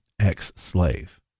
ex-slave